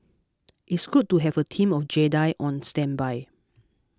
it's good to have a team of Jedi on standby